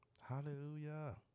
Hallelujah